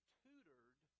tutored